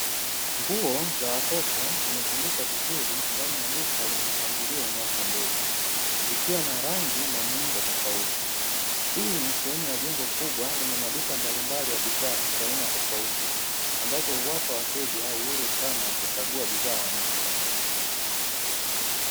Nguo za watoto zimetundikwa vizuri ndani ya duka lenye mpangilio unaopendeza, zikiwa na rangi na miundo tofauti, hii ni sehemu ya jengo kubwa yenye maduka mbalimbali ya bidhaa za aina tofauti ambazo huwapa wateja uhuru wa kuchagua aina ya bidhaa wanayotaka.